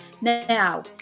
Now